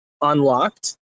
unlocked